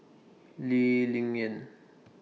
Lee Ling Yen